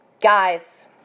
Guys